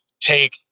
take